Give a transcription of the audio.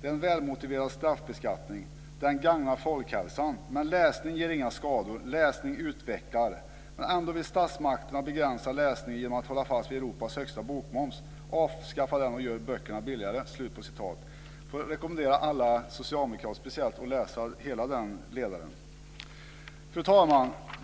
Det är en välmotiverad straffbeskattning. Den gagnar folkhälsan. Men läsning ger inga skador. Läsning utvecklar. Men ändå vill statsmakterna begränsa läsningen genom att hålla fast vid Europas högsta bokmoms. Avskaffa den och gör böcker billigare!" Jag rekommenderar speciellt alla socialdemokrater att läsa hela den ledaren. Fru talman!